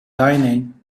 dining